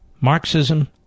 Marxism